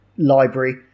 library